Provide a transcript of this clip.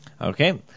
Okay